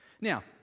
Now